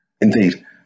Indeed